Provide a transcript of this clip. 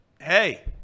hey